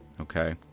Okay